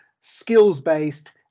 skills-based